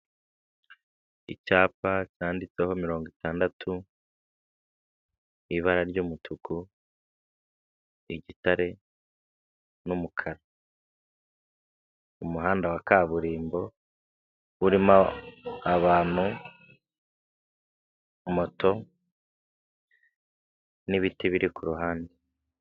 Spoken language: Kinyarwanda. Icyapa cyanditseho mirongo itandatu ibara ry'umutuku, igtare n'umukara. Umuhanda wa kaburimbo urimo abantu moto n'ibiti biri kuruhande.